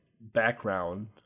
background